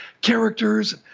characters